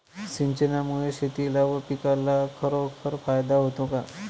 सिंचनामुळे शेतीला व पिकाला खरोखर फायदा होतो का?